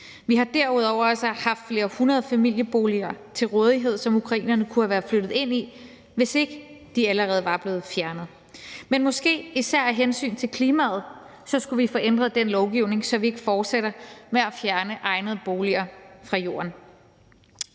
Vi har derudover også haft flere hundrede familieboliger til rådighed, som ukrainerne kunne have været flyttet ind i, hvis ikke disse allerede var blevet fjernet. Men måske skulle vi især af hensyn til klimaet få ændret den lovgivning, så vi ikke fortsætter med at fjerne egnede boliger fra jorden.